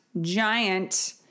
giant